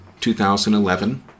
2011